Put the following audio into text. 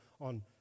on